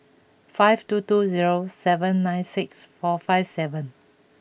five two two zero seven nine six four five seven